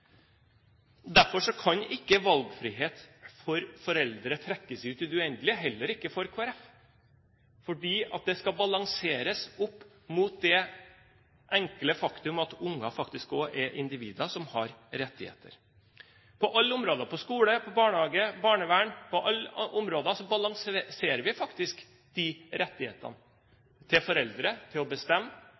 Derfor kan ikke valgfrihet for foreldre trekkes ut i det uendelige, heller ikke for Kristelig Folkeparti, for det skal balanseres opp mot det enkle faktum at barn faktisk også er individer som har rettigheter. På alle områder – på skole, i barnehage, i barnevern – balanserer vi faktisk rettighetene til foreldre og voksne til å bestemme